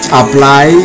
apply